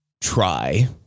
try